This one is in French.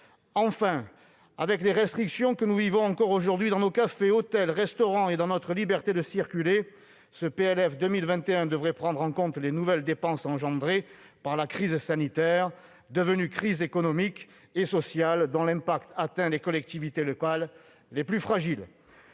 Enfin, avec les restrictions que nous vivons encore aujourd'hui dans nos cafés, hôtels, restaurants et dans notre liberté de circuler, ce PLF 2021 devrait prendre en compte les nouvelles dépenses engendrées par la crise sanitaire, devenue crise économique et sociale, dont l'impact atteint les collectivités locales les plus fragiles.